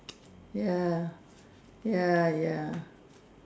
ya